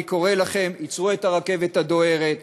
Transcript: אני קורא לכם: עצרו את הרכבת הדוהרת,